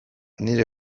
nire